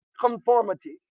conformity